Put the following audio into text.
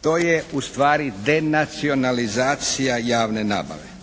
To je ustvari denacionalizacija javne nabave.